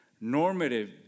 Normative